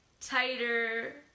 tighter